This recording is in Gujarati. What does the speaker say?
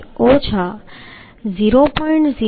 5 ઓછા 0